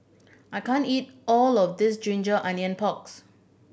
I can't eat all of this ginger onion porks